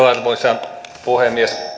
arvoisa puhemies